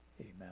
Amen